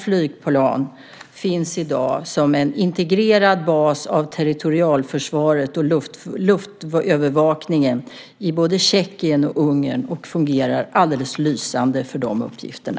Flygplanet finns i dag som en integrerad bas av territorialförsvaret och luftövervakningen i Tjeckien och Ungern, och det fungerar alldeles lysande för de uppgifterna.